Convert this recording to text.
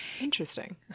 Interesting